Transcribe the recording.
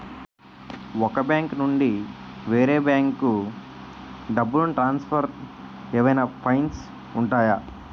ఒక బ్యాంకు నుండి వేరే బ్యాంకుకు డబ్బును ట్రాన్సఫర్ ఏవైనా ఫైన్స్ ఉంటాయా?